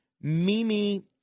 Mimi